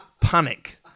panic